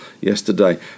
yesterday